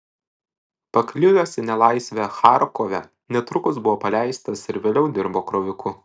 pakliuvęs į nelaisvę charkove netrukus buvo paleistas ir vėliau dirbo kroviku